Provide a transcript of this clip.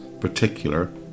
particular